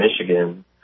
Michigan